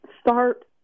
start